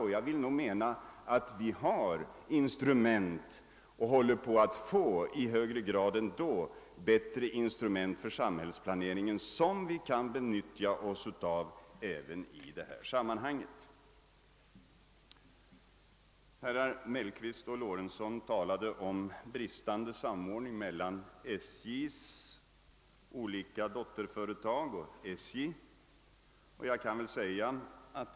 Enligt min mening har vi instrument och håller på att få ännu bättre instrument för samhällsplaneringen, vilka vi kan utnyttja även i detta sammanhang. Herrar Mellqvist och Lorentzon talade om bristande samordning mellan SJ:s olika dotterföretag och SJ.